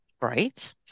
right